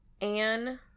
Anne